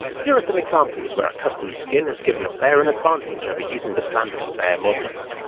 here are some examples where a custom skin has given a player an advantage over using the standard player models.